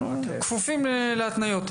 כפופים להתניות.